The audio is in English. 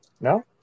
No